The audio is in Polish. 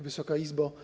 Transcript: Wysoka Izbo!